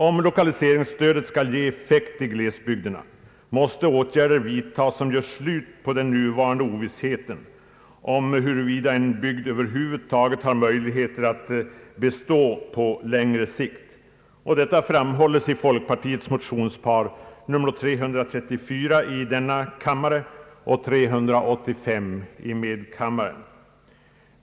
Om lokaliseringsstödet skall ge effekt i glesbygderna, måste åtgärder vidtas som gör slut på den nuvarande Ooviss heten om huruvida en bygd över huvud taget har möjligheter att bestå på längre sikt. Detta framhålles i folkpartiets motionspar I: 334 och II: 385.